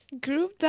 Group